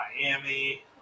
Miami